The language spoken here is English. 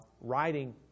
writing